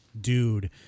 dude